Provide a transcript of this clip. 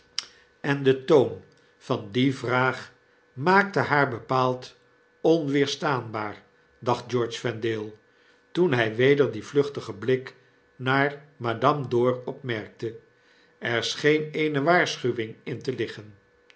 en den toon van die vraag maakte haar bepaald onweerstaanbaar dacht george vendale toen hij weder dien vluchtigen blik naar madame dor opmerkte er scheen eene waarschuwing in te liggen